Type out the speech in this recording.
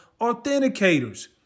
authenticators